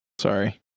Sorry